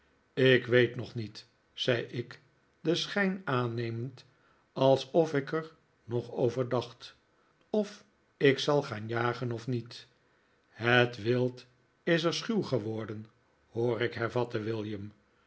ik weet nog niet zei ik den schijn aannemend alsof ik er nog over dacht of ik zal gaan jagen of niet het wild is er schuw geworden hoor ik hervatte